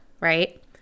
right